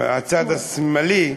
הצד השמאלי,